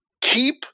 keep